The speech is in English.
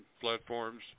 platforms